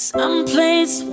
Someplace